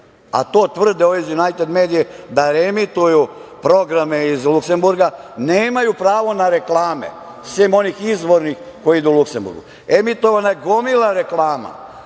a to tvrde ovi iz „Junajted medije“, da reemituju programe iz Luksemburga, nemaju pravo na reklame, sem onih izvornih koje idu u Luksemburgu. Emitovana je gomila reklama.